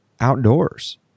outdoors